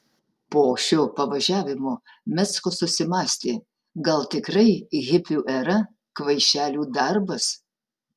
po šio pavažiavimo mickas susimąstė gal tikrai hipių era kvaišelių darbas